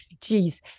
Jeez